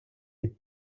від